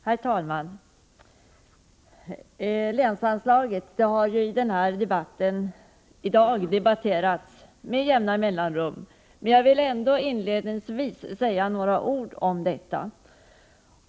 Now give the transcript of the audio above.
Herr talman! Länsanslaget har ju här i dag debatterats med jämna mellanrum. Men jag vill ändå inledningsvis säga några ord om detta.